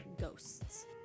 ghosts